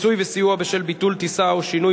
(פיצוי וסיוע בשל ביטול טיסה או שינוי